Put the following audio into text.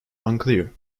unclear